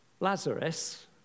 Lazarus